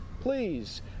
Please